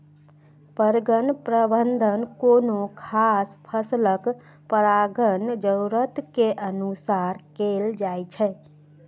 परगण प्रबंधन कोनो खास फसलक परागण जरूरत के अनुसार कैल जाइ छै